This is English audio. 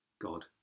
God